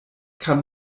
kann